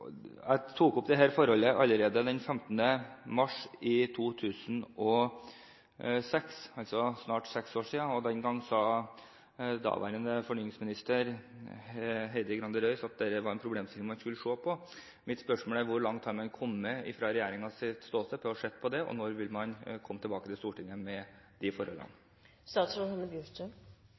Jeg tok opp dette forholdet allerede den 15. mars 2006, altså for snart seks år siden. Den gang sa daværende fornyingsminister, Heidi Grande Røys, at dette var en problemstilling man skulle se på. Mitt spørsmål er: Hvor langt er man kommet fra regjeringens ståsted i å ha sett på det, og når vil man komme tilbake til Stortinget med de forholdene?